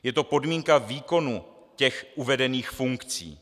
Je to podmínka výkonu těch uvedených funkcí.